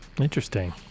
interesting